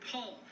Paul